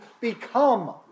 become